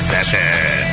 Session